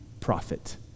prophet